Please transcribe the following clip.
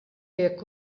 jekk